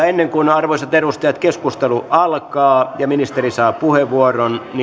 ennen kuin arvoisat edustajat keskustelu alkaa ja ministeri saa puheenvuoron